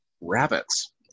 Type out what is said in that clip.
rabbits